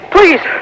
Please